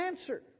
answer